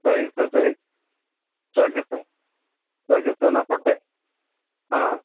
சரிங்க சார் சரி it's okay sir okay sir நான் கொட்டே ஆ